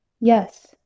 Yes